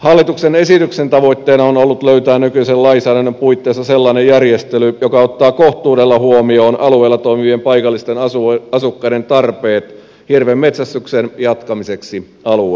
hallituksen esityksen tavoitteena on ollut löytää nykyisen lainsäädännön puitteissa sellainen järjestely joka ottaa kohtuudella huomioon alueella toimivien paikallisten asukkaiden tarpeet hirvenmetsästyksen jatkamiseksi alueella